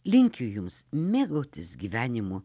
linkiu jums mėgautis gyvenimu